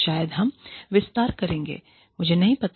शायद हम विस्तार करेंगे मुझे नहीं पता